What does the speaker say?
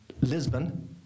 Lisbon